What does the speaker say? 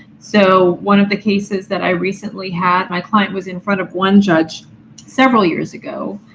so one of the cases that i recently had, my client was in front of one judge several years ago,